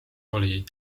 oli